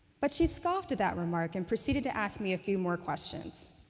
but she scoffed at that remark and proceeded to ask me a few more questions.